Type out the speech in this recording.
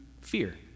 fear